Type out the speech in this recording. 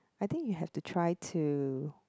I think we have to try to